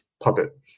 puppet